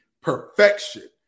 perfection